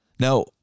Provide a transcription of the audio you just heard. Now